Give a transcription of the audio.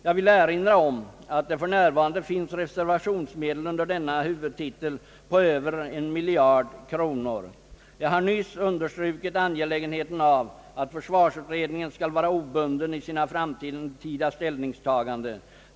Jag vill erinra om att det för närvarande finns reservationsmedel under denna huvudtitel på över 1 miljard kronor. Jag har nyss understrukit ange lägenheten av att försvarsutredningen skall vara obunden i sina framtida ställningstaganden.